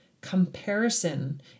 comparison